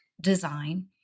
design